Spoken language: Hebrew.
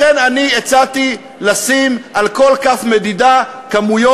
לכן אני הצעתי לשים על כל כף מדידה כמויות